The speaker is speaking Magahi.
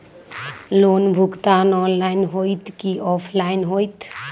लोन भुगतान ऑनलाइन होतई कि ऑफलाइन होतई?